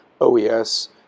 OES